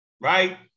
right